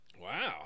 Wow